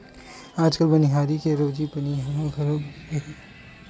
आजकाल बनिहार के रोजी बनी ह घलो बाड़गे हे